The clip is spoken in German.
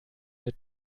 mit